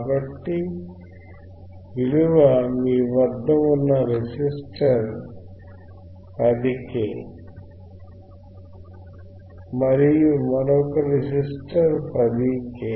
కాబట్టివిలువ మీ వద్ద ఉన్న రెసిస్టర్10 కే మరియు మరొక రెసిస్టర్ కూడా 10 కె